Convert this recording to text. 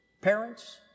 Parents